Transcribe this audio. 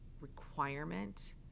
requirement